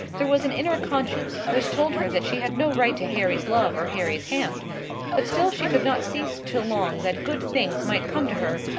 there was an inner conscience which told her that she had no right to harry's love or harry's hand but still she could not cease to long that good things might come to her,